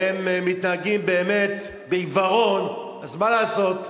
והם מתנהגים באמת בעיוורון, אז מה לעשות?